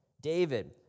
David